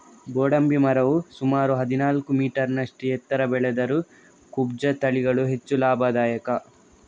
ಗೋಡಂಬಿ ಮರವು ಸುಮಾರು ಹದಿನಾಲ್ಕು ಮೀಟರಿನಷ್ಟು ಎತ್ತರ ಬೆಳೆದರೂ ಕುಬ್ಜ ತಳಿಗಳು ಹೆಚ್ಚು ಲಾಭದಾಯಕ